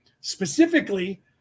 Specifically